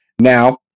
Now